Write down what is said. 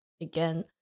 again